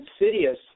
insidious